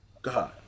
God